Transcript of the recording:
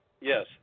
Yes